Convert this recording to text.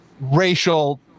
racial